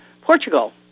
Portugal